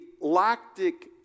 lactic